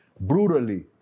Brutally